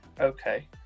Okay